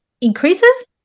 increases